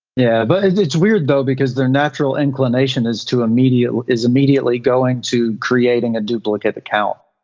yeah, but it's weird though, because their natural inclination is to immediately, is immediately going to creating a duplicate account.